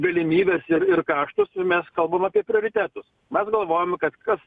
galimybes ir ir kaštus su mes kalbam apie prioritetus mes galvojame kad kas